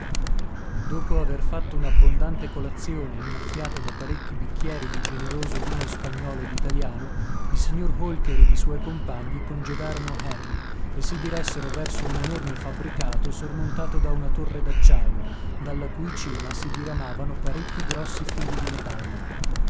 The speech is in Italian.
dopo aver fatto un'abbondante colazione innaffiata da parecchi bicchieri di generoso vino spagnolo ed italiano il signor holker ed i suoi compagni congedarono harry e si diressero verso un enorme fabbricato sormontato da una torre d'acciaio dalla cui cima si diramavano parecchi grossi fili di metallo